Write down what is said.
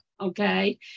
okay